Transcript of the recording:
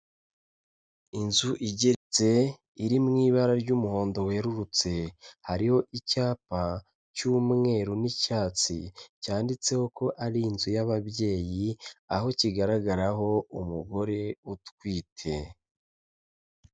Inzu igezetse ir mu ibara ry'umuhondo werurutse, hariho icyapa cy'umweru n'icyatsi cyanditseho ko ari inzu y'ababyeyi, aho kigaragaraho umugore utwite.